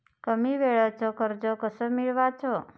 कमी वेळचं कर्ज कस मिळवाचं?